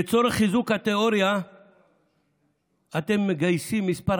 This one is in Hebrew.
לצורך חיזוק התיאוריה אתם מגייסים כמה